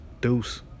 Deuce